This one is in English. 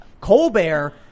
Colbert